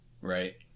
Right